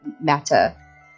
matter